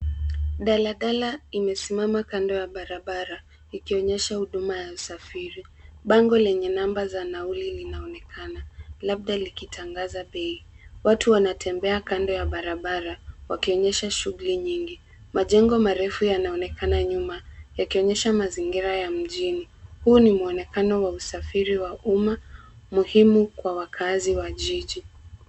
Dalala imesimama kando ya barabara ikionyesha huduma ya usafiri. Bango lenye namba za nauri linaonekena labda likitangaza bei. Watu wanatembea kando ya barabara wakionyesha shughuli nyingi. Majengo marufu yanaonekana nyuma yakionyesha mazingira ya mjini. Huu ni mwonekano wa usafiri wa umma muhimu kwa waakazi wa jiji.